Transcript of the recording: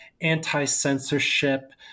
anti-censorship